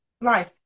life